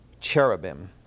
cherubim